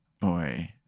Boy